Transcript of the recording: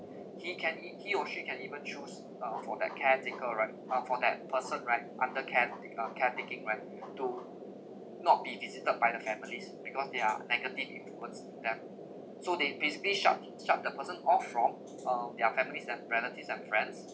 he can it he or she can even choose uh for that caretaker right uh for that person right under careta~ uh care taking right to not be visited by the families because they are a negative influence to them so they basically shut shut the person off from uh their families and relatives and friends